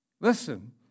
Listen